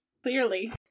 Clearly